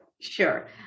Sure